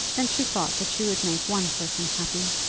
then she thought that she would make one person happy,